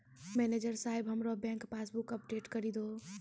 manager साहेब हमरो bank passbook update करि दहो